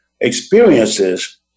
experiences